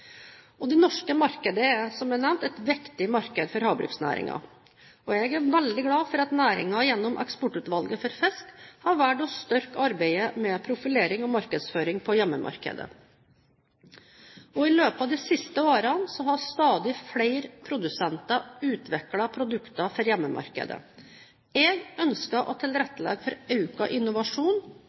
Det norske markedet er, som jeg nevnte, et viktig marked for havbruksnæringen. Jeg er veldig glad for at næringen gjennom Eksportutvalget for fisk har valgt å styrke arbeidet med profilering og markedsføring på hjemmemarkedet. I løpet av de siste årene har stadig flere produsenter utviklet produkter for hjemmemarkedet. Jeg ønsker å tilrettelegge for økt innovasjon,